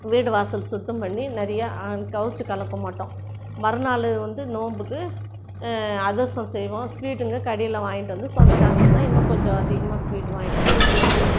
வீடு வாசல் சுத்தம் பண்ணி நிறையா கவுச்சி கலக்க மாட்டோம் மறுநாள் வந்து நோன்புக்கு அதிரசம் செய்வோம் ஸ்வீட்டுங்கள் கடையில் வாங்கிட்டு வந்து சொந்தக்காரங்க வந்தால் இன்னும் கொஞ்சம் அதிகமாக ஸ்வீட் வாங்கிட்டு வந்து செஞ்சு